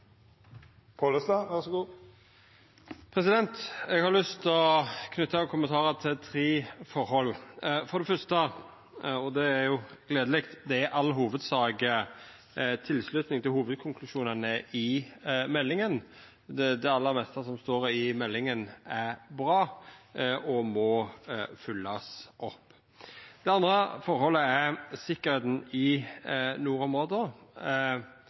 er det i all hovudsak tilslutning til hovudkonklusjonane i meldinga. Det aller meste som står i meldinga, er bra og må følgjast opp. Det andre forholdet er sikkerheita i